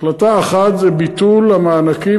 החלטה אחת זה ביטול המענקים,